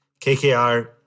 KKR